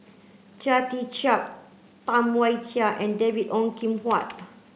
Chia Tee Chiak Tam Wai Jia and David Ong Kim Huat